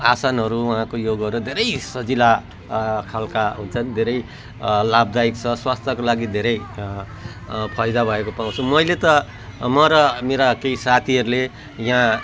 आसनहरू उहाँको योगहरू धेरै सजिला खाले हुन्छन् धेरै लाभदायी छ स्वास्थ्यका लागि धेरै फाइदा भएको पाउँछु मैले त म र मेरा केही साथीहरूले यहाँ